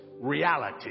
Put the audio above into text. reality